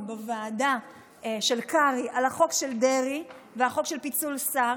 בוועדה של קרעי על החוק של דרעי והחוק של פיצול שר.